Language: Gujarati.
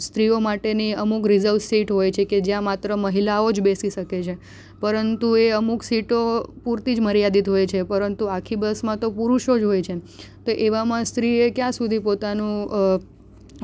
સ્ત્રીઓ માટેની અમુક રિઝર્વ સીટ હોય છે કે જ્યાં માત્ર મહિલાઓ જ બેસી શકે છે પરંતુ એ અમુક સીટો પૂરતી જ મર્યાદિત હોય છે પરંતુ આખી બસમાં તો પુરુષો જ હોય છે તો એવામાં સ્ત્રીએ ક્યાં સુધી પોતાનો